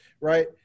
right